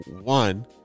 one